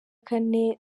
kane